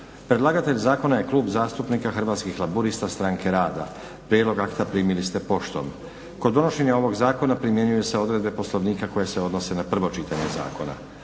Predlagatelj zakona je klub zastupnika Hrvatskih laburista stranke rada. Prijedlog akta primili ste poštom. Kod donošenja ovog zakona primjenjuju se odredbe Poslovnika koje se odnose na prvo čitanje zakona.